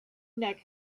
neck